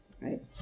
right